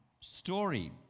story